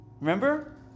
Remember